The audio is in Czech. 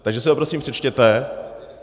Takže si ho prosím přečtěte.